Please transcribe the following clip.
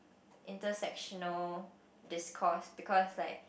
intersectional discourse because it's like